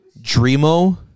Dreamo